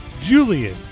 Julian